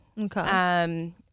okay